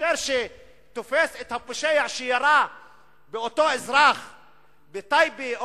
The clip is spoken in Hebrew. השוטר שתופס את הפושע שירה באותו אזרח בטייבה,